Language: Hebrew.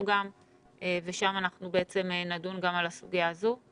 גם ושם אנחנו נדון גם על הסוגיה הזו.